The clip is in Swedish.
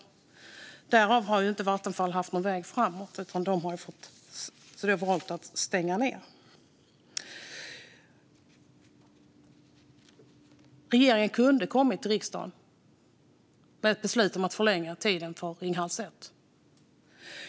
Vattenfall har därför inte haft någon väg framåt utan har valt att stänga ned. Regeringen kunde ha kommit till riksdagen med ett beslut om att förlänga tiden för Ringhals 1.